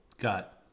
got